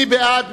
מי בעד?